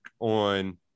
on